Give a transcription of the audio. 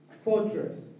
Fortress